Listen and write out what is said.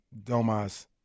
Domas